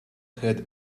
had